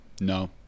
no